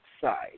side